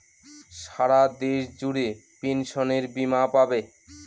সারা দেশ জুড়ে পেনসনের বীমা পাবে